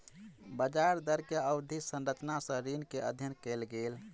ब्याज दर के अवधि संरचना सॅ ऋण के अध्ययन कयल गेल